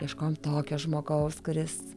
ieškojom tokio žmogaus kuris